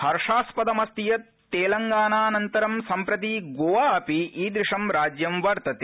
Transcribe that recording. हर्षास्पदमस्ति यत् तेलंगाना अनन्तरं सम्प्रति गोवा अपि ईद्रशं राज्यं वर्तते